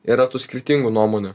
yra tų skirtingų nuomonių